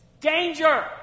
Danger